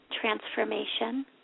transformation